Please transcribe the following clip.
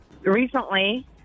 Recently